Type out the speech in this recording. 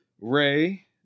Ray